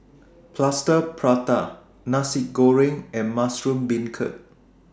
Plaster Prata Nasi Goreng and Mushroom Beancurd